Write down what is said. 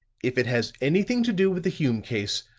if it has anything to do with the hume case,